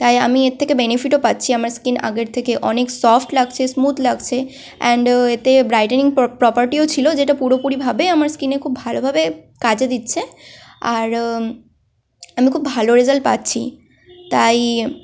তাই আমি এর থেকে বেনিফিটও পাচ্ছি আমার স্কিন আগের থেকে অনেক সফ্ট লাগছে স্মুথ লাগছে অ্যান্ড এতে ব্রাইটনিং প্রপার্টিও ছিল যেটা পুরোপুরিভাবে আমার স্কিনে খুব ভালোভাবে কাজে দিচ্ছে আর আমি খুব ভালো রেজাল্ট পাচ্ছি তাই